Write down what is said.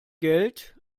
geld